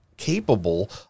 Capable